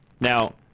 Now